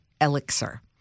elixir